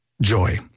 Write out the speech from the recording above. joy